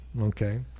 Okay